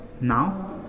now